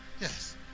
Yes